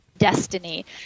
destiny